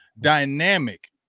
dynamic